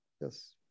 Yes